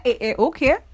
Okay